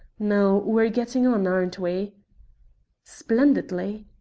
now we're getting on, aren't we? splendidly.